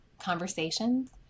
conversations